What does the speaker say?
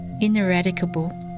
ineradicable